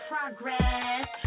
Progress